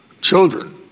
children